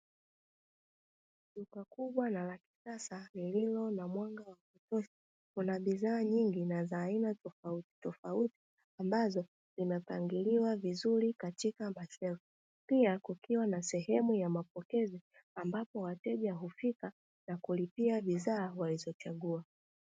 Duka kubwa na la kisasa lililo na mwanga wa kutosha, kuna bidhaa nyingi na za aina tofauti tofauti ambazo zimepangiliwa vizuri katika mashelfu. Pia kukiwa na sehemu ya mapokezi ambapo wateja hufika na kulipia bidhaa walizochagua.